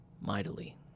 mightily